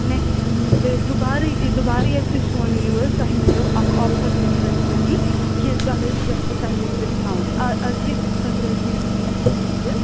next دُبارٕ دُبارٕ ییٚلہِ تُہۍ سون یِیِو حظ تۄہہِ میلیٚو اَکھ آفر تہِ حظ أتھۍ سۭتی کہِ تۄہہِ حظ گَژھوٕ تَمہِ وِز ڈِسکاوُنٛٹ أزکہِ خٲطرٕ دِیٖزیٚو تُہۍ اَسہِ معٲفی حظ